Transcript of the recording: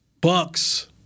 Bucks